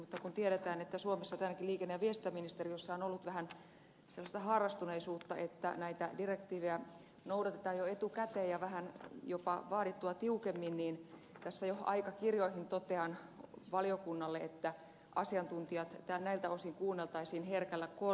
mutta kun tiedetään että suomessa ainakin liikenne ja viestintäministeriössä on ollut vähän sellaista harrastuneisuutta että näitä direktiivejä noudatetaan jo etukäteen ja vähän jopa vaadittua tiukemmin niin tässä jo aikakirjoihin totean valiokunnalle että asiantuntijoita näiltä osin kuunneltaisiin herkällä korvalla